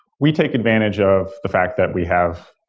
we take advantage of the fact that we have